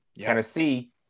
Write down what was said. Tennessee